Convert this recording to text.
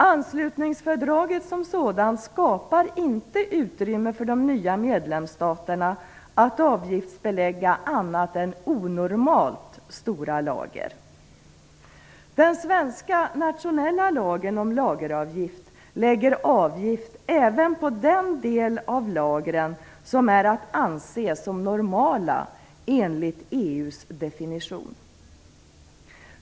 Anslutningsfördraget som sådant skapar inte utrymme för de nya medlemsstaterna att avgiftsbelägga annat än onormalt stora lager. Den svenska nationella lagen om lageravgift lägger avgift även på den del av lagren som är att anse som normala enligt EU:s definition.